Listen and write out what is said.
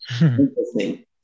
interesting